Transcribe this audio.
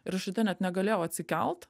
ir aš ryte net negalėjau atsikelt